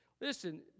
Listen